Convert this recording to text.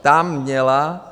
Tam měla...